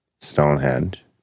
Stonehenge